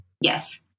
Yes